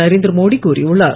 நரேந்திரமோடி கூறியுள்ளார்